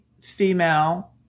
female